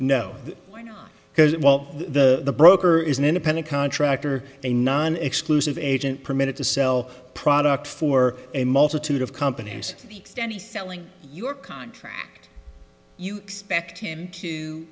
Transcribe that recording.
know because it well the broker is an independent contractor they non exclusive agent permitted to sell product for a multitude of companies extending selling your contract you expect him to